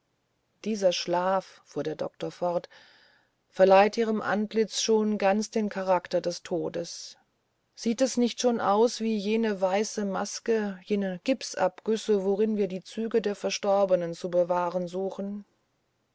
dieser schlaf fuhr der doktor fort verleiht ihrem antlitz schon ganz den charakter des todes sieht es nicht schon aus wie jene weißen masken jene gipsabgüsse worin wir die züge der verstorbenen zu bewahren suchen